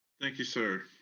thank you, sir.